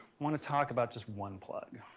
want to talk about just one plug.